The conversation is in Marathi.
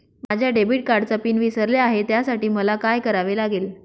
माझ्या डेबिट कार्डचा पिन विसरले आहे त्यासाठी मला काय करावे लागेल?